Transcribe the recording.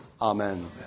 Amen